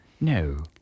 no